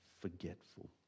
forgetful